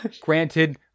granted